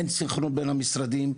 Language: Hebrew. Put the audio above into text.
אין סנכרון בין המשרדים.